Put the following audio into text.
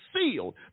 sealed